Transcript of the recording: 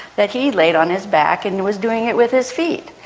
that he laid on his back and was doing it with his feet.